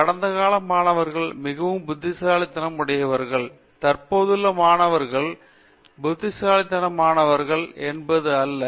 கடந்தகால மாணவர்கள் மிகவும் புத்திசாலித்தனம் உடையவர்கள் தற்போதுள்ள மாணவர்கள் புத்திசாலித்தனமானவர்கள் என்பது அல்ல